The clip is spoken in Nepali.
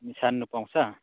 छान्नु पाउँछ